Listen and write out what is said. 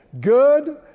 Good